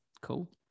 cool